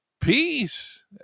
peace